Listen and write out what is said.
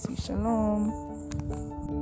shalom